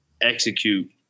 execute